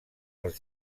els